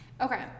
Okay